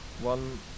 one